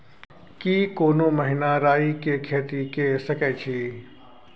की कोनो महिना राई के खेती के सकैछी?